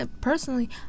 personally